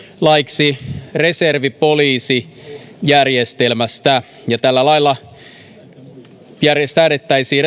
laiksi reservipoliisijärjestelmästä ja tällä lailla säädettäisiin